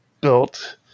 built